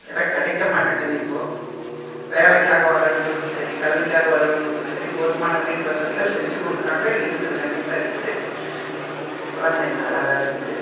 எல்லாம் கிடைக்க மாட்டேங்குது இப்போது வேலைக்காக வரவங்களுக்கு சரி கல்விக்காக வரவங்களுக்கும் சரி போதுமான வீட்டு வசதிகள் செஞ்சுக் கொடுக்குறாங்க இருக்குது கண்டிப்பாக இருக்குது எல்லாமே நல்லா தான் இருக்குது